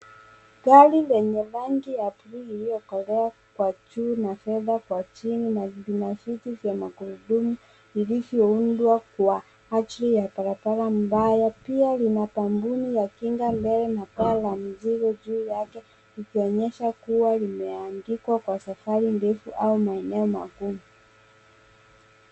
Gari lenye rangi ya blue iliyokolea kwa juu na fedha kwa chini na lina viti vya magurudumu vilivyoundwa kwa ajili ya barbara ambayo pia lina pambuni ya kinga mbele na paa la mizigo juu yake ikionyesha kuwa limeandikwa kwa safari ndefu au maeneo magumu.